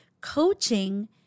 coaching